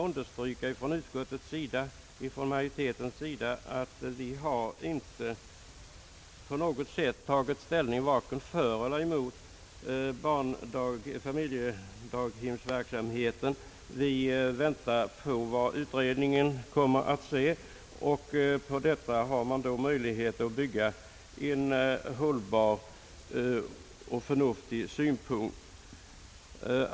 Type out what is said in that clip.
Vi vill från utskottsmajoriteiens sida gärna understryka, att vi inte på något sätt har tagit ställning vare sig för eller emot familjedaghemsverksamheten. Vi väntar på vad utredningen kommer att säga. På detta material har vi då möjlighet att bygga en håilbar och förnuftig synpunkt.